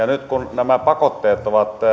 nyt kun nämä pakotteet ovat